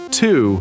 two